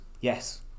yes